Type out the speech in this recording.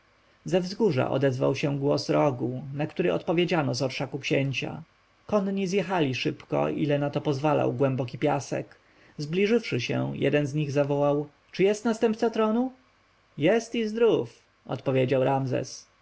ze wzgórza odezwał się głos rogu na który odpowiedziano z orszaku księcia konni zjechali szybko o ile na to pozwalał głęboki piasek zbliżywszy się jeden z nich zawołał czy jest następca tronu jest i zdrów odpowiedział ramzes